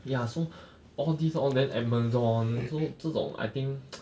ya so all these all that Amazon 这种 I think